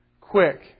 quick